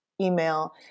email